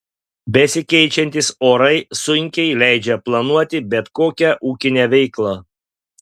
besikeičiantys orai sunkiai leidžia planuoti bet kokią ūkinę veiklą